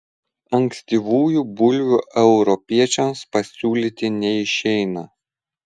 ankstyvųjų bulvių europiečiams pasiūlyti neišeina